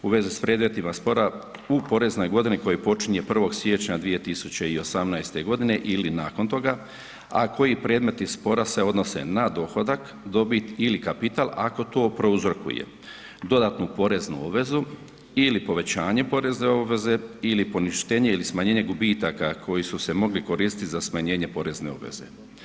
U svezi sa ... spora u poreznoj godini koji počinje 1. siječnja 2018. g. ili nakon toga, a koji predmeti spora se odnose na dohodak, dobit ili kapital ako to prouzrokuje, dodatnu poreznu obvezu ili povećanje porezne obveze ili poništenje ili smanjenje gubitaka koji su se mogli koristiti za smanjenje porezne obveze.